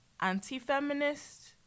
anti-feminist